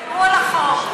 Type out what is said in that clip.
שידברו על החוק.